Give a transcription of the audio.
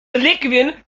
reliquien